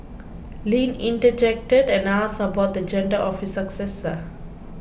Lin interjected and asked about the gender of his successor